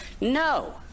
No